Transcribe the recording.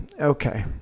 Okay